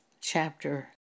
chapter